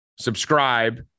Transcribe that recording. Subscribe